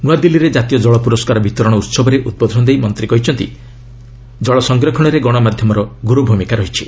ନୂଆଦିଲ୍ଲୀରେ ଜାତୀୟ ଜଳ ପୁରସ୍କାର ବିତରଣ ଉହବରେ ଉଦ୍ବୋଧନ ଦେଇ ମନ୍ତ୍ରୀ କହିଛନ୍ତି ଜଳ ସଂରକ୍ଷଣରେ ଗଣମାଧ୍ୟମର ଗୁରୁଭୂମିକା ରହିଛି